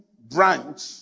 branch